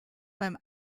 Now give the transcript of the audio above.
beim